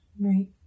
Right